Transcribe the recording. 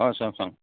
हय सांग सांग